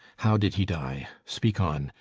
how did he die? speak on.